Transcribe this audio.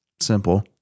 simple